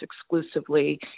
exclusively